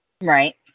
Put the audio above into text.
Right